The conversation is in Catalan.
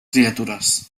criatures